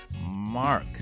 Mark